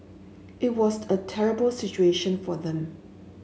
it was a terrible situation for them